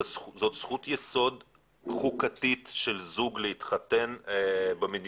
זאת זכות יסוד חוקתית של זוג להתחתן במדינה.